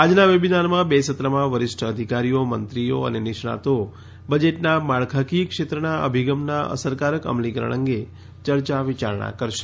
આજના વેબીનારમાં બે સત્રમાં વરિષ્ઠ અધિકારીઓ મંત્રીઓ અને નિષ્ણાતો બજેટના માળખાકીય ક્ષેત્રના અભિગમના અસરકારક અમલીકરણ અંગે ચર્ચા વિચારણા કરશે